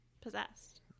possessed